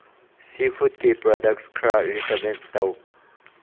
ꯁꯤ ꯐꯨꯗꯀꯤ ꯄ꯭ꯔꯗꯛꯁ ꯈꯔ ꯔꯤꯀꯃꯦꯟ ꯇꯧ